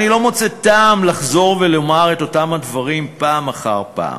אני לא מוצא טעם לחזור ולומר את אותם הדברים פעם אחר פעם.